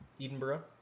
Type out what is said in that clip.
Edinburgh